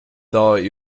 thought